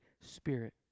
Spirit